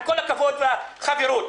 עם כל הכבוד והחברות,